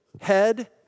Head